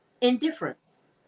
Indifference